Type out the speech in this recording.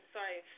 Sorry